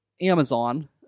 Amazon